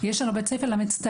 יש לנו בתי ספר למצטיינים,